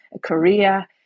Korea